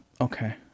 Okay